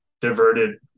diverted